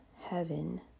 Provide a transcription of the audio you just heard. heaven